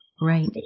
Right